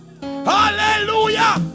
Hallelujah